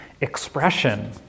Expression